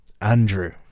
Andrew